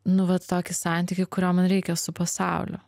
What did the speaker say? nu vat tokį santykį kurio man reikia su pasauliu